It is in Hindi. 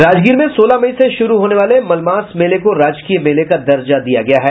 राजगीर में सोलह मई से शुरू होने वाले मलमास मेले को राजकीय मेले का दर्जा दिया गया है